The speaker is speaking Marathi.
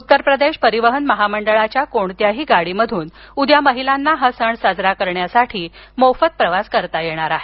उत्तर प्रदेश परिवहन महामंडळाच्या कोणत्याही गाडीमधून उद्या महिलांना हा सण साजरा करण्यासाठी मोफत प्रवास करता येणार आहे